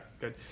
good